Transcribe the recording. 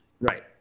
Right